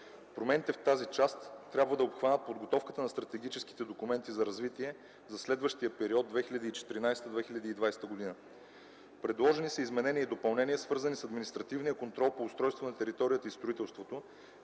Промените в тази част трябва да обхванат подготовката на стратегическите документи за развитие за следващия период 2014-2020 г. Предложени са изменения и допълнения, свързани с административния контрол по устройство на територията и строителството,